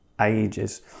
ages